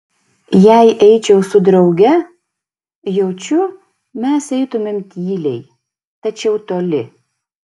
jei eičiau su drauge jaučiu mes eitumėm tyliai tačiau toli